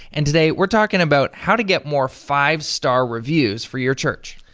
and today we're talking about how to get more five star reviews for your church.